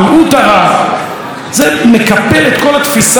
זה מקפל את כל התפיסה של מפלגת העבודה.